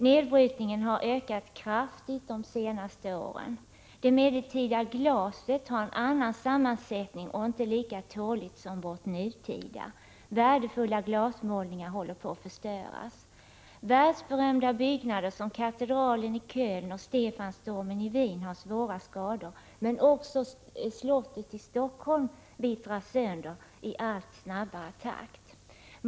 Nedbrytningen har ökat kraftigt under de senaste åren. Det medeltida glaset har en annan sammansättning och är inte lika tåligt som vårt nutida. Värdefulla glasmålningar håller på att förstöras. Världsberömda byggnader som katedralen i Köln och Stefansdomen i Wien har svåra skador, men också slottet i Stockholm vittrar sönder i allt snabbare takt.